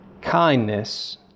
kindness